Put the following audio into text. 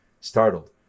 Startled